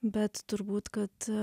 bet turbūt kad